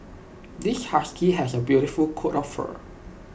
this husky has A beautiful coat of fur